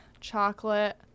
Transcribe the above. chocolate